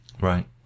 Right